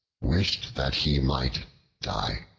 wished that he might die.